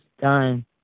done